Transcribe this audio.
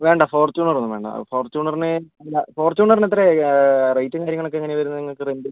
വേണ്ട ഫോർച്യൂണർ ഒന്നും വേണ്ട ആ ഫോർച്യൂണറിന് അല്ല ഫോർച്യൂണറിന് എത്രയാണ് റേറ്റും കാര്യങ്ങളൊക്കെ എങ്ങനെയാണ് വരുന്നത് നിങ്ങൾക്ക് റെന്റ്